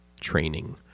training